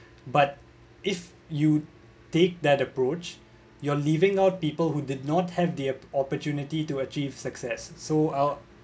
but if you take that approach your leaving out people who did not have the opportunity to achieve success so ~